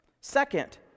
Second